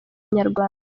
nyarwanda